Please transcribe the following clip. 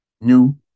new